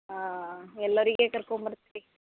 ಹಾಂ ಎಲ್ಲೊರಿಗೆ ಕರ್ಕೊಂಬರ್ತ್ರ್ ರೀ